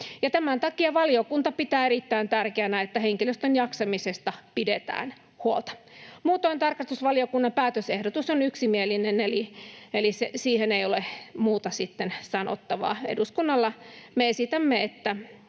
Tämän takia valiokunta pitää erittäin tärkeänä, että henkilöstön jaksamisesta pidetään huolta. Muutoin tarkastusvaliokunnan päätösehdotus on yksimielinen, eli siihen ei ole muuta sanottavaa eduskunnalla. Me esitämme, että